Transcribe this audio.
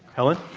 helen?